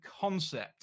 concept